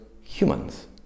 humans